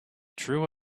drew